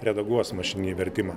redaguos mašininį vertimą